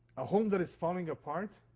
a home that is falling apart,